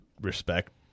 respect